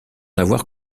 avoir